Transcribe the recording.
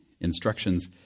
instructions